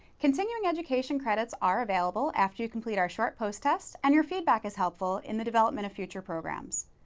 continuing education credits are available after you complete our short post test and your feedback is helpful in the development of future programs.